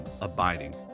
abiding